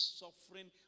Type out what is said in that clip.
suffering